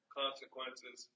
consequences